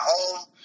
home